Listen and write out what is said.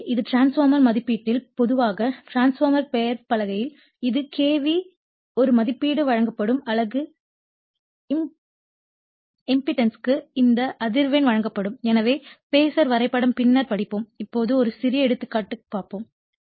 எனவே இது டிரான்ஸ்பார்மர் மதிப்பீட்டில் பொதுவாக டிரான்ஸ்பார்மர் பெயர்ப்பலகையில் இது K V ஒரு மதிப்பீடு வழங்கப்படும் அலகு இம்பிடன்ஸ்க்கு இந்த அதிர்வெண் வழங்கப்படும் எனவே பேசர் வரைபடம் பின்னர் படிப்போம் இப்போது ஒரு சிறிய எடுத்துக்காட்டு பார்ப்போம்